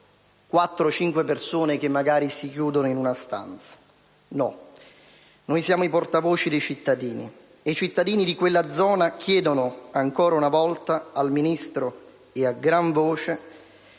cinque persone che si chiudono in una stanza. No, noi siamo i portavoce dei cittadini, e i cittadini di quella zona chiedono, ancora una volta, al Ministro - e a gran voce